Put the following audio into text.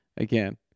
Again